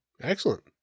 Excellent